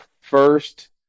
First